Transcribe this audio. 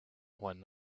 one